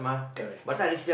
correct correct